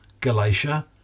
Galatia